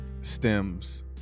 stems